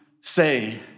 say